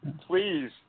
please